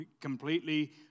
completely